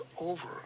over